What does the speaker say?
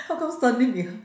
how come suddenly behi~